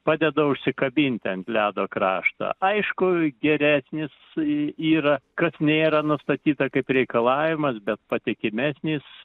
padeda užsikabinti ant ledo krašto aišku geresnis yra kas nėra nustatyta kaip reikalavimas bet patikimesnis